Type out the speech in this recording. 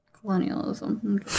colonialism